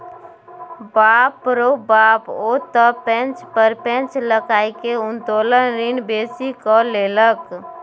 बाप रौ बाप ओ त पैंच पर पैंच लकए उत्तोलन ऋण बेसी कए लेलक